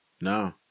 no